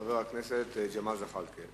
חבר הכנסת ג'מאל זחאלקה.